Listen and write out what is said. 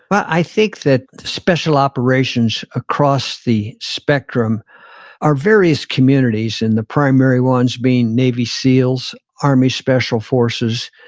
but i think that special operations across the spectrum are various communities and the primary ones being navy seals, army special forces,